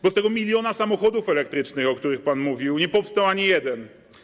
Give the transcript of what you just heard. Bo z tego miliona samochodów elektrycznych, o których pan mówił, nie powstał ani jeden.